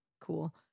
cool